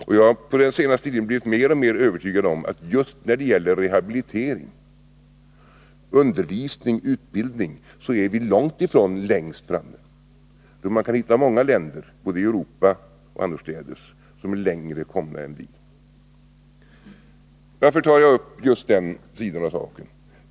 Och jag har på den senaste tiden blivit mer och mer övertygad om att just när det gäller rehabilitering, undervisning, utbildning, är vi långt ifrån längst framme. Man kan hitta många länder, både i Europa och annorstädes, som har kommit längre än Sverige. Varför tar jag upp just den sidan av saken?